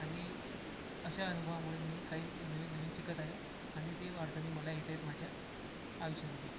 आणि अशा अनुभवामुळे मी काही नवीननवीन शिकत आहे आणि ते अडचणी मला येतयेत माझ्या आयुष्यामध्ये